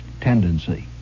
tendency